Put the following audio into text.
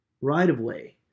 right-of-way